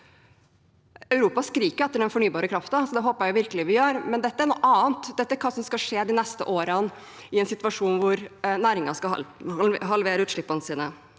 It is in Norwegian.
Europa skriker etter den fornybare kraften, så det håper jeg virkelig vi gjør, men dette er noe annet. Dette er hva som skal skje de neste årene, i en situasjon hvor næringen skal halvere utslippene sine.